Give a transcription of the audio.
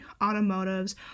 automotives